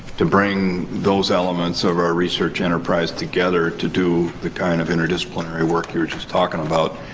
to bring those elements of our research enterprise together to do the kind of interdisciplinary work you were just talking about?